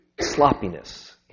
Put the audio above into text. sloppiness